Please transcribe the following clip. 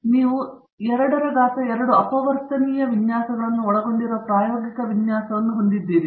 ಆದ್ದರಿಂದ ನೀವು 2 ಪವರ್ 2 ಅಪವರ್ತನೀಯ ವಿನ್ಯಾಸಗಳನ್ನು ಒಳಗೊಂಡಿರುವ ಪ್ರಾಯೋಗಿಕ ವಿನ್ಯಾಸವನ್ನು ಹೊಂದಿದ್ದೀರಿ